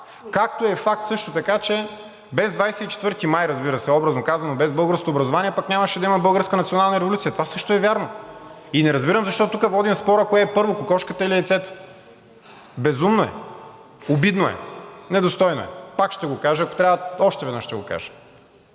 така е факт, че без 24 май, разбира се, образно казано, без българското образование нямаше да има българска национална революция, това също е вярно. Не разбирам защо тук водим спора кое е първо – кокошката или яйцето, безумно е, обидно е, недостойно е. Пак ще го кажа, ако трябва и още веднъж ще го кажа.